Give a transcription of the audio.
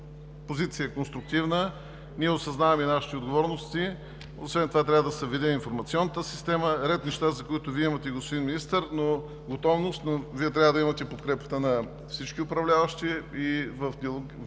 позиция е конструктивна и ние осъзнаваме нашите отговорности. Освен това трябва да се види информационната система – ред неща, за които имате готовност, господин Министър, но Вие трябва да имате подкрепата на всички управляващи и в диалогичност